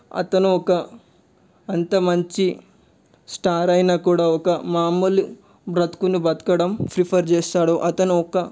అతను ఒక అంత మంచి స్టార్ అయినా కూడా ఒక మామూలు బ్రతుకుని బతకడం ప్రిఫర్ చేస్తాడు అతను ఒక